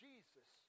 jesus